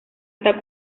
está